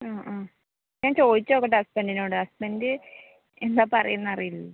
മ് മ് ഞാന് ചോദിച്ച് നോക്കട്ടെ ഹസ്ബന്ഡിനോട് ഹസ്ബന്ഡ് എന്താണ് പറയുക എന്ന് അറിയില്ലല്ലോ